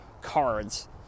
cards